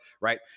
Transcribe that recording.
right